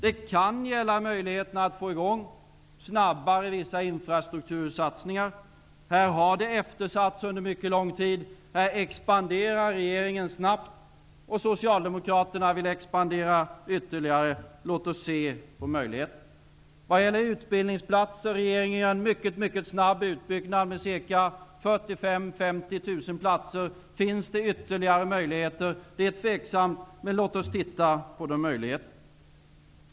Det kan gälla möjligheterna att snabbt få i gång vissa infrastruktursatsningar. Här har mycket varit eftersatt under en mycket lång tid. Här vill regeringen att det expanderar snabbt, och Socialdemokraterna vill ytterligare en expansion. Låt oss se på möjligheterna. Vad gäller utbildningsplatser finns det efter en mycket snabb utbyggnad med ca 45 000--50 000 platser kanske ytterligare möjligheter. Det är dock tveksamt. Men låt oss titta på dessa möjligheter.